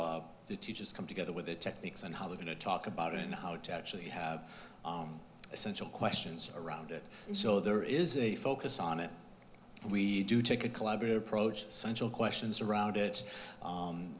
the teachers come together with the techniques and how we're going to talk about it and how to actually have essential questions around it so there is a focus on it and we do take a collaborative approach central questions around it